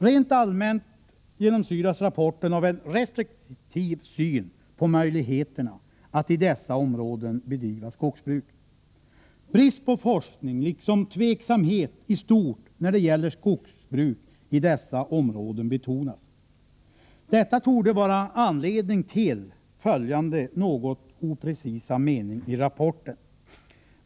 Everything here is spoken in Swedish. Rent allmänt genomsyras rapporten av en restriktiv syn på möjligheterna att i dessa områden bedriva skogsbruk. Brist på forskning liksom tveksamhet i stort när det gäller skogsbruk i dessa områden betonas. Detta torde vara anledning till följande något oprecisa mening i rapporten.